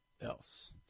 else